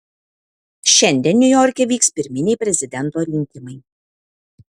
šiandien niujorke vyks pirminiai prezidento rinkimai